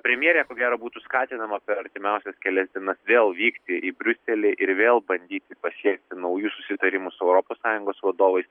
premjerė ko gero būtų skatinama per artimiausias kelias dienas vėl vykti į briuselį ir vėl bandyti pasiekti naujus susitarimus su europos sąjungos vadovai